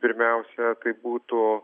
pirmiausia tai būtų